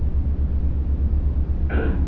उम्